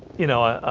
you know,